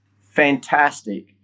fantastic